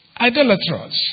idolatrous